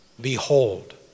Behold